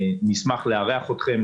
נשמח לארח אתכם,